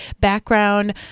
background